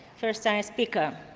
first time speaker.